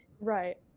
Right